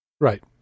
Right